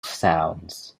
sounds